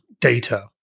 data